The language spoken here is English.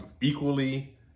equally